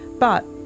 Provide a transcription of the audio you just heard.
but.